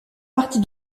partie